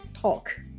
Talk